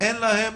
אין להם